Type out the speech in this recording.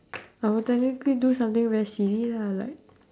I would technically do something very silly lah like